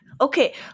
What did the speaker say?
Okay